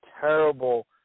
terrible